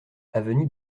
avenue